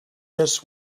this